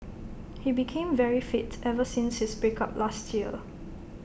he became very fit ever since his break up last year